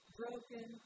broken